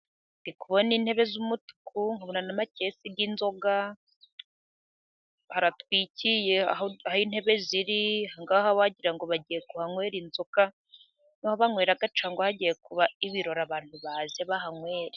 Ndikubona ntebe z’umatuku，mbona n’amakesi y’inzoga， haratwikiye， aho intebe ziri，aha ngaha wagira ngo bagiye kuhanywera inzoga，niho banywera cyangwa hagiye kuba ibirori，abantu baze bahanywere.